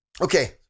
Okay